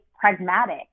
pragmatic